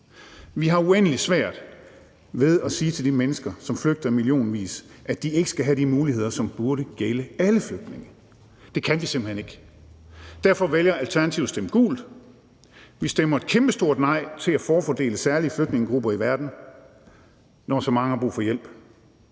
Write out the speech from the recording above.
Vi har uendelig svært ved at sige til de mennesker, som flygter i millionvis, at de ikke skal have de muligheder, som burde gælde alle flygtninge. Det kan vi simpelt hen ikke. Derfor vælger Alternativet at stemme gult. Vi stemmer et kæmpestort nej til at forfordele særlige flygtningegrupper i verden, når så mange har brug for hjælp,